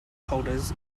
holders